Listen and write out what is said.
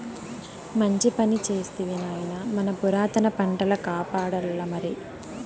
మంచి పని చేస్తివి నాయనా మన పురాతన పంటల కాపాడాల్లమరి